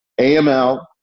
AML